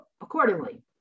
accordingly